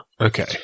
Okay